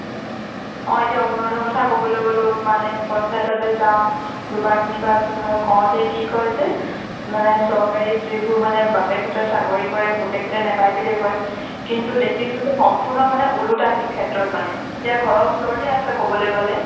অঁ এতিয়া অৰুণোদয়ৰ কথা ক'বলৈ গ'লেও মানে পঞ্চায়তলৈ যাওঁ দুবাৰ তিনিবাৰ যোৱা হয় কওঁতে কি কয় যে মানে চৰকাৰী যিবোৰ মানে বাপেকহঁতে চাকৰি কৰে পুতেকহঁতে নাপায় বুলি কয় কিন্তু দেখিছোঁ যে সম্পূৰ্ণ মানে ওলোটা সেইটো ক্ষেত্ৰত মানে এতিয়া ঘৰৰ ওচৰতে আছে ক'বলৈ গ'লে